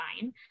fine